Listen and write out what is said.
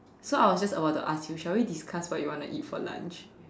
so I was just about to ask you shall we discuss what we want to eat for lunch